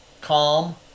calm